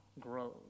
Grows